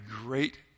great